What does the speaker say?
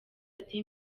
ati